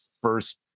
first